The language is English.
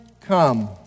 come